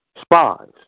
spies